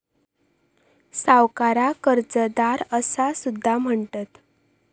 सावकाराक कर्जदार असा सुद्धा म्हणतत